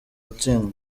gutsindwa